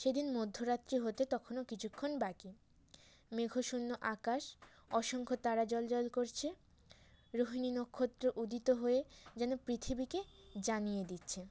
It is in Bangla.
সেদিন মধ্যরাত্রি হতে তখনো কিছুক্ষণ বাকি মেঘশূন্য আকাশ অসংখ্য তারা জ্বলজ্বল করছে রোহিণী নক্ষত্র উদিত হয়ে যেন পৃথিবীকে জানিয়ে দিচ্ছে